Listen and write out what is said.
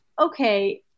okay